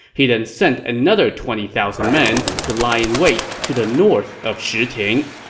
he then sent another twenty thousand men to lie in wait to the north of shiting.